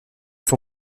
son